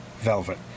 Velvet